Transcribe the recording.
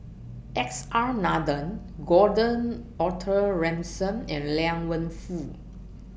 S R Nathan Gordon Arthur Ransome and Liang Wenfu